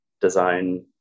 design